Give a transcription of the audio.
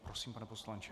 Prosím, pane poslanče.